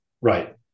Right